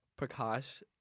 Prakash